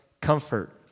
comfort